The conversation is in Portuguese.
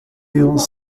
eles